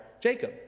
Jacob